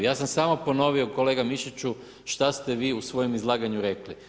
Ja sam samo ponovio kolega Mišiću, šta ste vi u svojem izlaganju rekli.